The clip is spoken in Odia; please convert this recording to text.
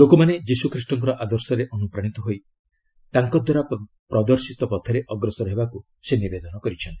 ଲୋକମାନେ ଯୀଶୁଖ୍ରୀଷ୍ଟଙ୍କର ଆଦର୍ଶରେ ଅନୁପ୍ରାଣିତ ହୋଇ ତାଙ୍କ ଦ୍ୱାରା ପ୍ରଦର୍ଶିତ ପଥରେ ଅଗ୍ରସର ହେବାକୁ ସେ ନିବେଦନ କରିଚ୍ଛନ୍ତି